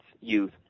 youth